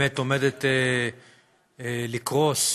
זה באמת עומד לקרוס.